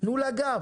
תנו לה גב.